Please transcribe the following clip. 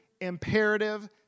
imperative